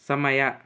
ಸಮಯ